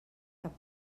cap